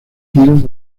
hills